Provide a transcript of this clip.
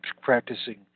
practicing